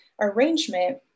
arrangement